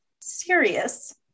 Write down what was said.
serious